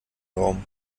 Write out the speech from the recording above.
raum